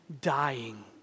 dying